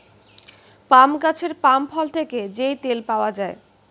পাম গাছের পাম ফল থেকে যেই তেল পাওয়া যায়